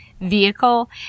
vehicle